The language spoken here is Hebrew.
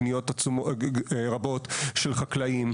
פניות רבות של חקלאים,